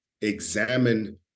examine